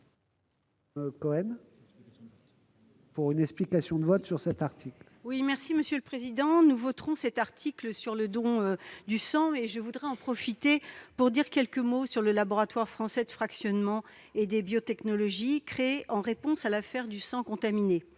Cohen, sur l'article. Nous voterons cet article sur le don du sang et je voudrais en profiter pour dire quelques mots sur le laboratoire français du fractionnement et des biotechnologies (LFB), créé en réponse à l'affaire du sang contaminé.